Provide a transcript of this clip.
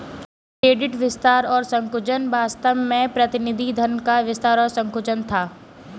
credit विस्तार और संकुचन वास्तव में प्रतिनिधि धन का विस्तार और संकुचन था